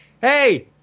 hey